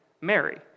Mary